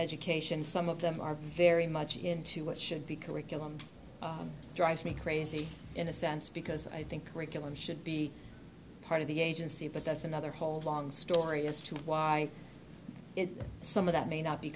education some of them are very much into what should be curriculum drives me crazy in a sense because i think curriculum should be part of the agency but that's another whole long story as to why it's some of that may not be